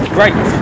Great